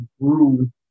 grew